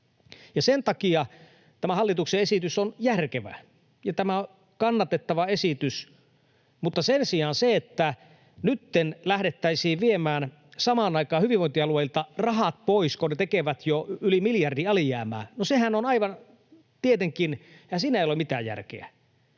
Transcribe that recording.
sen takia tämä hallituksen esitys on järkevä, ja tämä on kannatettava esitys, mutta sen sijaan siinä, että nyt lähdettäisiin viemään samaan aikaan hyvinvointialueilta rahat pois, kun ne tekevät jo yli miljardin alijäämää, ei tietenkään ole mitään järkeä.